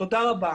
תודה רבה.